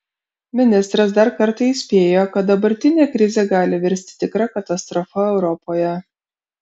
ministras dar kartą įspėjo kad dabartinė krizė gali virsti tikra katastrofa europoje